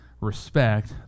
respect